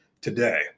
today